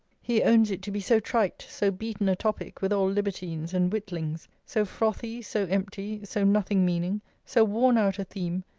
he owns it to be so trite, so beaten a topic with all libertines and witlings so frothy, so empty, so nothing meaning, so worn-out a theme,